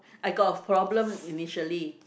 I got a problem initially